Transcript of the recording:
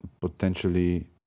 potentially